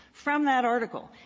from that article.